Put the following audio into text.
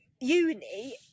uni